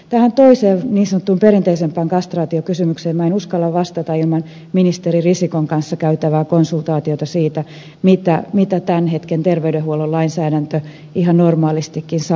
tähän toiseen niin sanottuun perinteisempään kastraatiokysymykseen minä en uskalla vastata ilman ministeri risikon kanssa käytävää konsultaatiota siitä mitä tämän hetken terveydenhuollon lainsäädäntö ihan normaalistikin sanoo asiasta